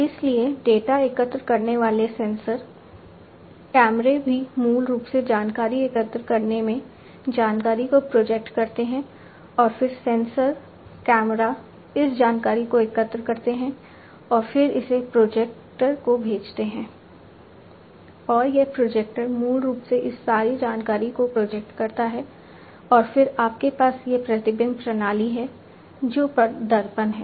इसलिए डेटा एकत्र करने वाले सेंसर कैमरे भी मूल रूप से जानकारी एकत्र करने में जानकारी को प्रोजेक्ट करते हैं और फिर सेंसर कैमरा इस जानकारी को एकत्रित करते हैं और फिर इसे प्रोजेक्टर को भेजते हैं और यह प्रोजेक्टर मूल रूप से इस सारी जानकारी को प्रोजेक्ट करता है और फिर आपके पास यह प्रतिबिंब प्रणाली है जो दर्पण है